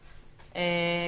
במירכאות,